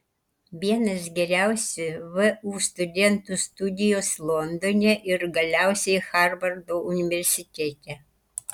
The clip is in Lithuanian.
vienas geriausių vu studentų studijos londone ir galiausiai harvardo universitete